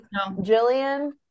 Jillian